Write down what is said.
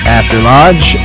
afterlodge